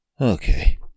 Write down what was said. Okay